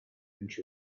inch